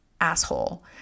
asshole